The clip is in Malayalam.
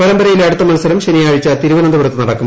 പരമ്പരയിലെ അടുത്ത മത്സരം ശനിയാഴ്ച തിരുവനന്തപുരത്ത് നടക്കും